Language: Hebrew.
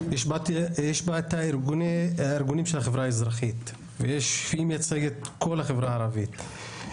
יש בה את הארגונים של החברה האזרחית והיא מייצגת את כל החברה הערבית.